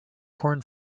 corn